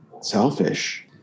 selfish